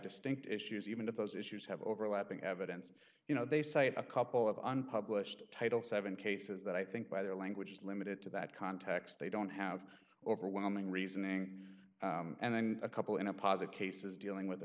distinct issues even if those issues have overlapping evidence you know they say a couple of unpublished title seven cases that i think by their language is limited to that context they don't have overwhelming reasoning and then a couple in a posit cases dealing with